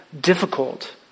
difficult